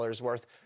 worth